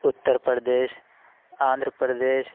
Uttar Pradesh Andhra Pradesh